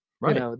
Right